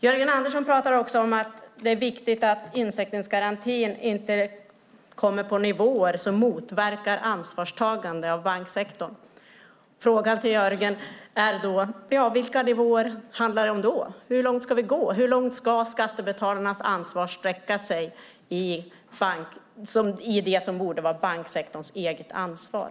Jörgen Andersson säger också att det är viktigt att insättningsgarantin inte kommer på nivåer som motverkar ansvarstagande från banksektorn. Vilka nivåer handlar det då om? Hur långt ska vi gå? Hur långt ska skattebetalarnas ansvar sträcka sig i det som borde vara banksektorns eget ansvar?